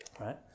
Right